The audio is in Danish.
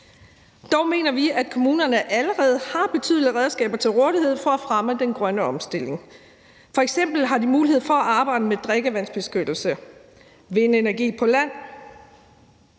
Dog mener vi, at kommunerne allerede har betydelige redskaber til rådighed for at fremme den grønne omstilling. F.eks. har de mulighed for at arbejde med drikkevandsbeskyttelse og vindenergi på land.